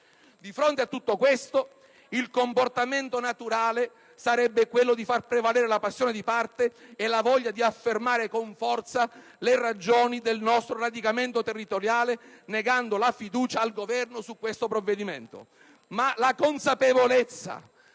Di fronte a tutto questo il comportamento naturale sarebbe quello di far prevalere la passione di parte e la voglia di affermare con forza le ragioni del nostro radicamento territoriale negando la fiducia al Governo su questo provvedimento,